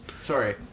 Sorry